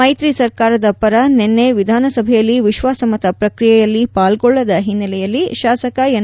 ಮೈತ್ರಿ ಸರ್ಕಾರದ ಪರ ನಿನ್ನೆ ವಿಧಾನಸಭೆಯಲ್ಲಿ ವಿಶ್ವಾಸಮತ ಪ್ರಕ್ರಿಯೆಯಲ್ಲಿ ಪಾಲ್ಗೊಳ್ಳದ ಹಿನ್ನೆಲೆಯಲ್ಲಿ ಶಾಸಕ ಎನ್